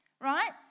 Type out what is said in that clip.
right